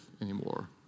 anymore